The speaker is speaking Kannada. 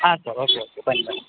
ಹಾಂ ಸರ್ ಓಕೆ ಓಕೆ ಬನ್ನಿ ಬನ್ನಿ